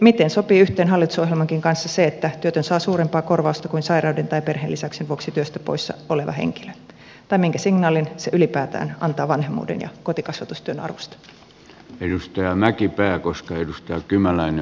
miten sopii yhteen hallitusohjelmankin kanssa se että työtön saa suurempaa korvausta kuin sairauden tai perheenlisäyksen vuoksi työstä poissa oleva henkilö tai minkä signaalin se ylipäätään antaa vanhemmuuden ja kotikasvatustyön arvosta